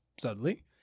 subtly